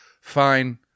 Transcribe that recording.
fine